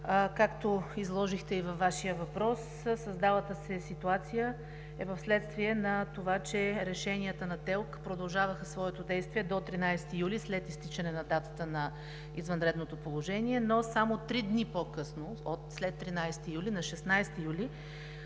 както изложихте и във Вашия въпрос, създалата се ситуация е вследствие на това, че решенията на ТЕЛК продължаваха своето действие до 13 юли – след изтичане на датата на извънредното положение, но само три дни по-късно – след 13 юли, на 16 юли